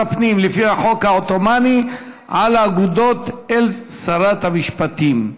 הפנים לפי חוק העות'מאני על האגודות אל שרת המשפטים.